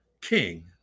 king